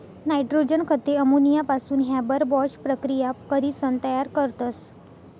nitrogen खते अमोनियापासून Haber Bosch प्रकिया करीसन तयार करतस